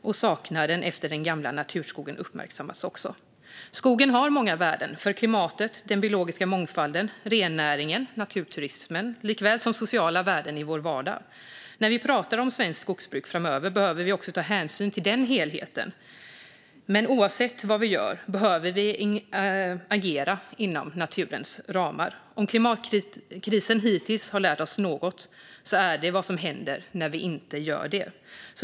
Också saknaden efter den gamla naturskogen uppmärksammas. Skogen har många värden - för klimatet, för den biologiska mångfalden, för rennäringen och för naturturismen likaväl som för sociala värden i vår vardag. När vi pratar om svenskt skogsbruk framöver behöver vi också ta hänsyn till den helheten. Men oavsett vad vi gör behöver vi agera inom naturens ramar. Om klimatkrisen hittills har lärt oss något är det vad som händer när vi inte gör det.